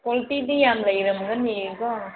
ꯀ꯭ꯋꯥꯂꯤꯇꯤꯗꯤ ꯌꯥꯝ ꯂꯩꯔꯝꯒꯅꯤꯌꯦꯀꯣ